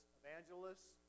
evangelists